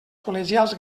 col·legials